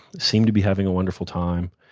seem to be having a wonderful time.